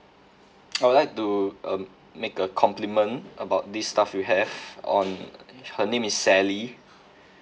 I would like to um make a compliment about this staff you have on her name is sally